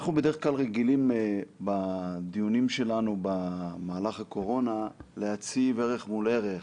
אנחנו בדרך כלל רגילים בדיונים שלנו במהלך הקורונה להציב ערך מול ערך,